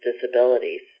disabilities